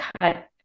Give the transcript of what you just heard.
cut